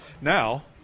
Now